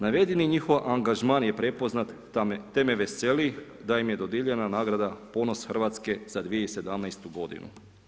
Navedeni njihov angažman je prepoznat te me veseli da im je dodijeljena nagrada „Ponos Hrvatske za 2017. godinu.